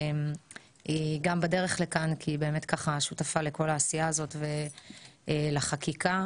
שהיא באמת שותפה לכל העשייה הזאת ולחקיקה.